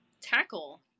tackle